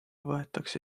võetakse